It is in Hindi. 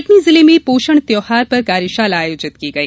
कटनी जिले में पोषण त्यौहार पर कार्यशाला आयोजित की गई